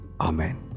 Amen